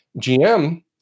GM